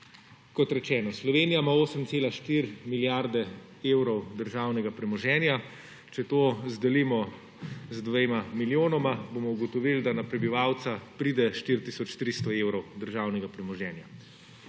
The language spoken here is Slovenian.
Kot rečeno, Slovenija ima 8,4 milijarde evrov državnega premoženja. Če to delimo z dvema milijonoma, bomo ugotovili, da na prebivalca pride 4 tisoč 300 evrov državnega premoženja.